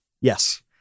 Yes